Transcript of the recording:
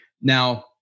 Now